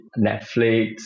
netflix